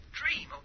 dream